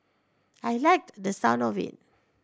I liked the sound of it